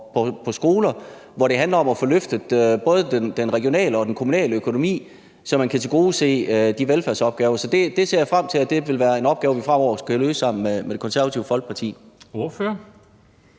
og skoler, hvor det handler om at få løftet både den regionale og den kommunale økonomi, så man kan tilgodese de velfærdsopgaver. Så jeg ser frem til, at det vil være en opgave, som vi fremover skal løse sammen med Det Konservative Folkeparti. Kl.